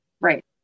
Right